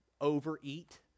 overeat